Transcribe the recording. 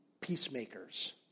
peacemakers